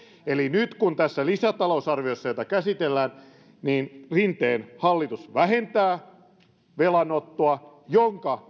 eli nyt tässä lisätalousarviossa jota käsitellään rinteen hallitus vähentää velanottoa jonka